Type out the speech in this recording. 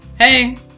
Hey